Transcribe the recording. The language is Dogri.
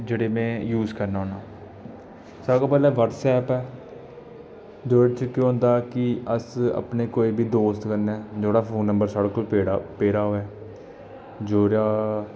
जेह्ड़े में यूज करना होन्ना सारें कोला पैह्लें व्हाट्सएप ऐ नुहाड़े च केह् होंदा कि अस अपने कोई बी दोस्त कन्नै जेह्दा फोन नंबर साढ़े कोल पेदा पेदा होऐ जो जां